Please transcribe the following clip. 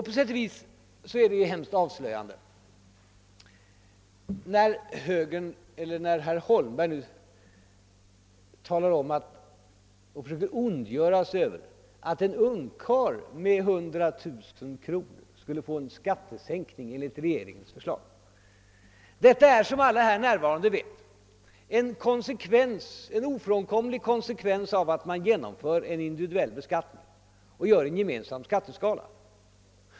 På sätt och vis är det mycket avslöjande att höra herr Holmberg här ondgöra sig över att en ungkarl med 100 000 kronors inkomst skulle få en skattesänkning enligt regeringens förslag. Detta är, så som alla de i kammaren närvarande ledamöterna vet, en ofrånkomlig konsekvens av genomförandet av en individuell beskattning och en gemensam skatteskala.